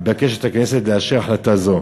מתבקשת הכנסת לאשר החלטה זו.